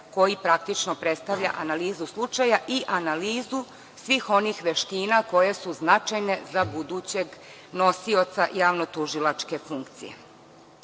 koji praktično predstavlja analizu slučaja i analizu svih onih veština koje su značajne za budućeg nosioca javnotužilačke funkcije. Jedna